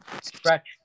stretch